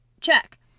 Check